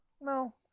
no